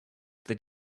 that